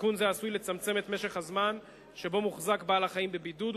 תיקון זה עשוי לצמצם את משך הזמן שבו מוחזק בעל-החיים בבידוד,